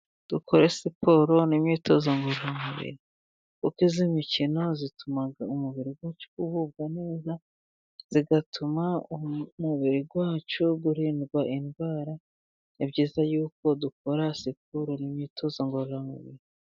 Dukore siporo n'imyitozo ngororamubiri, kuko iyi mikino ituma umubiri ugubwa neza, igatuma umubiri wacu urindwa indwara. Ni byiza yuko dukora siporo n'imyitozo ngororamubiri.